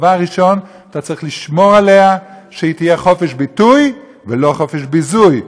אתה צריך לשמור עליה שהיא תהיה חופש ביטוי ולא חופש ביזוי,